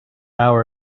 hours